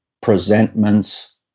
presentments